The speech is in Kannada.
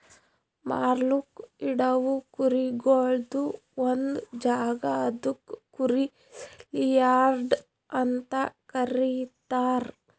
ಮಾರ್ಲುಕ್ ಇಡವು ಕುರಿಗೊಳ್ದು ಒಂದ್ ಜಾಗ ಅದುಕ್ ಕುರಿ ಸೇಲಿಯಾರ್ಡ್ಸ್ ಅಂತ ಕರೀತಾರ